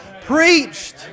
preached